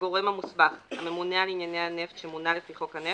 "הגורם המוסמך" הממונה על ענייני הנפט שמונה לפי חוק הנפט,